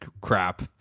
crap